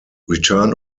return